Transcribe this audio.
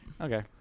okay